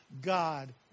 God